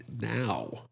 now